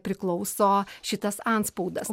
priklauso šitas antspaudas